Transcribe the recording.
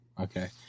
okay